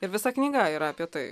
ir visa knyga yra apie tai